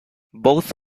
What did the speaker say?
both